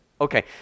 Okay